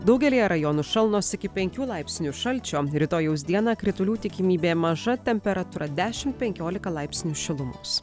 daugelyje rajonų šalnos iki penkių laipsnių šalčio rytojaus dieną kritulių tikimybė maža temperatūra dešim penkiolika laipsnių šilumos